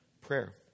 Prayer